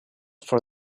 for